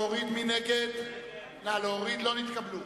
לא נתקבלה.